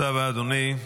תודה רבה, אדוני.